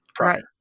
Right